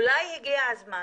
אולי הגיע הזמן,